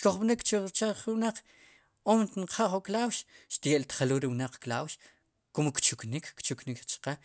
xkujjopnik chu rchoch wnaq o nqja'jun klaux xtye'tjelul ri wnaq klaux kun kchuknik, kchuknik chqe.